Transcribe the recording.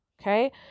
okay